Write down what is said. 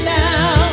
now